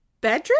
bedroom